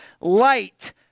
light